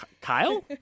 Kyle